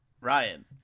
Ryan